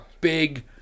big